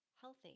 healthy